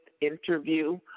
interview